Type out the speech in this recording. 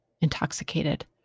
intoxicated